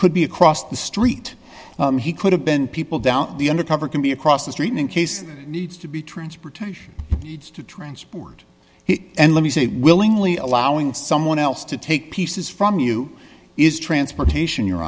could be across the street he could have been people down the undercover can be across the street in case needs to be transportation needs to transport it and let me say willingly allowing someone else to take pieces from you is transportation you